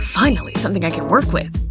finally something i can work with.